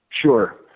Sure